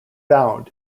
found